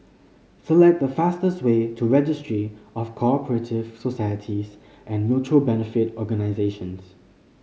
select the fastest way to Registry of Co Operative Societies and Mutual Benefit Organisations